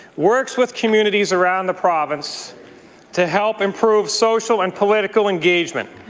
works with communities around the province to help improve social and political engagement.